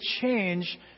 change